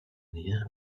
nähe